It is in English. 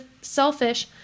selfish